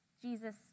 Jesus